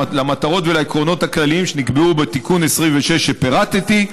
למטרות ולעקרונות הכלליים שנקבעו בתיקון 26 שפירטתי,